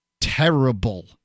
terrible